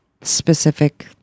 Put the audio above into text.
specific